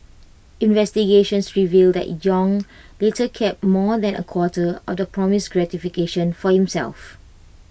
investigations revealed that Yong later kept more than A quarter of the promised gratification for himself